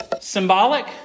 symbolic